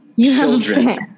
children